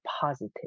positive